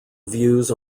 views